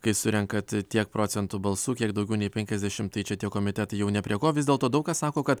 kai surenkat tiek procentų balsų kiek daugiau nei penkiasdešimt tai čia tie komitetai jau ne prie ko vis dėlto daug kas sako kad